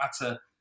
matter